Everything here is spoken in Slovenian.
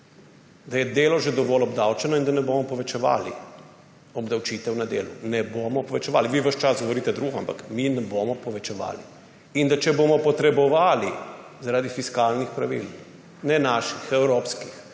da je delo že dovolj obdavčeno in da ne bomo povečevali obdavčitev na delo. Ne bomo povečevali. Vi ves čas govorite drugo, ampak mi ne bomo povečevali. In če bomo zaradi fiskalnih pravil, ne naših, evropskih,